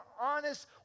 honest